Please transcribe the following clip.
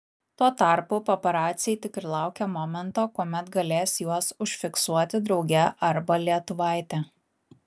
tuo tarpu paparaciai tik ir laukia momento kuomet galės juos užfiksuoti drauge arba lietuvaitę